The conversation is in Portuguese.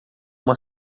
uma